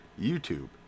YouTube